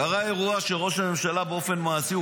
קרה אירוע שראש הממשלה באופן מעשי,